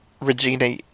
Regina